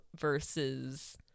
versus